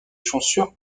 chaussures